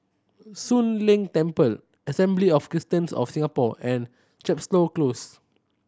Soon Leng Temple Assembly of Christians of Singapore and Chepstow Close